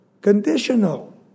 Conditional